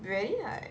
very high